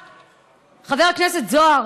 חבר הכנסת זוהר?